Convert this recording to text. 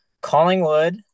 Collingwood